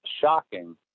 shocking